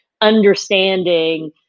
understanding